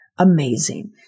Amazing